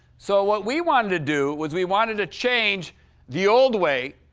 so what we wanted to do was, we wanted to change the old way,